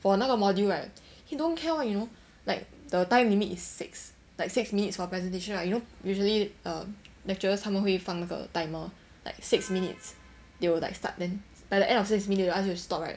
for 那个 module right he don't care one you know like the time limit is six like six minutes for presentation lah you know usually um lecturers 他们会放了个 timer like six minutes they will like start then by the end of six minutes they'll ask you to stop right